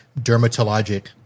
dermatologic